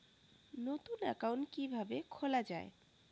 নতুন একাউন্ট কিভাবে খোলা য়ায়?